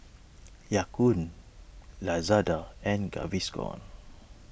Ya Kun Lazada and Gaviscon